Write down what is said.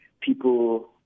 people